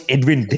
Edwin